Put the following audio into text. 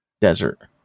desert